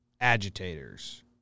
agitators